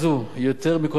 תודה לממשלה.